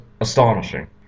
astonishing